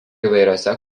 įvairiose